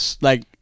like-